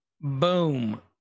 boom